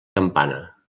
campana